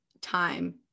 time